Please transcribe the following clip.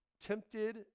tempted